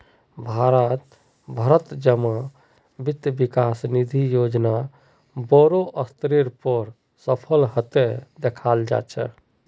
भारत भरत जमा वित्त विकास निधि योजना बोडो स्तरेर पर सफल हते दखाल जा छे